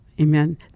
Amen